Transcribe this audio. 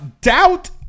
Doubt